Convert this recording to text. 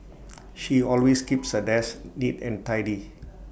she always keeps her desk neat and tidy